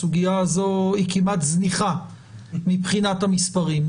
הסוגיה הזו כמעט זניחה מבחינת המספרים.